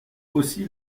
aussi